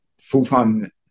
full-time